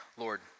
Lord